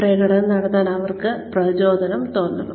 പ്രകടനം നടത്താൻ അവർക്ക് പ്രചോദനം തോന്നണം